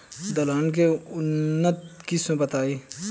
दलहन के उन्नत किस्म बताई?